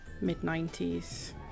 mid-90s